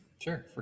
Sure